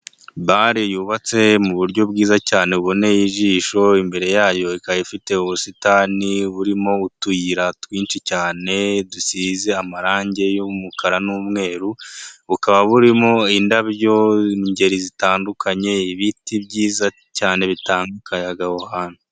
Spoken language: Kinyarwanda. Bare yubatse mu buryo bwiza cyane buboneye ijisho, imbere yayo ikaba ifite ubusitani burimo utuyira twinshi cyane dusize amarangi y'umukara n'umweru, bukaba burimo indabyo ingeri zitandukanye, ibiti byiza cyane bitanga akayaga aho hantu.